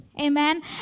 Amen